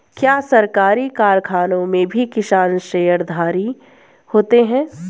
क्या सरकारी कारखानों में भी किसान शेयरधारी होते हैं?